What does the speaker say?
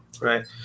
right